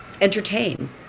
entertain